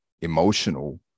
emotional